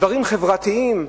דברים חברתיים,